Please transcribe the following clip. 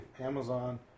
Amazon